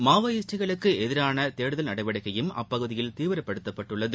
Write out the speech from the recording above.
மாவோயிஸ்டுகளுக்கு எதிரான தேடுதல் நடவடிக்கையும் அப்பகுதியில் தீவிரப்படுத்தப்பட்டுள்ளது